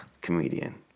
Comedian